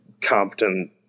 Compton